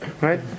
right